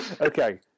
Okay